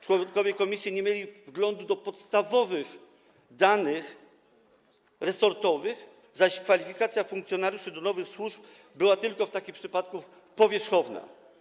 Członkowie komisji nie mieli wglądu do podstawowych danych resortowych, zaś kwalifikacja funkcjonariuszy do nowych służb była w takim przypadku tylko powierzchowna.